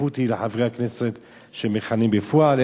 אין חולק שהעדיפות היא לחברי הכנסת שמכהנים בפועל,